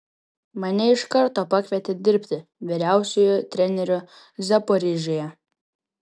mane iš karto pakvietė dirbti vyriausiuoju treneriu zaporižėje